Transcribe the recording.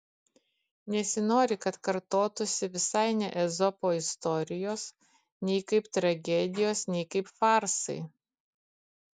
nesinori kad kartotųsi visai ne ezopo istorijos nei kaip tragedijos nei kaip farsai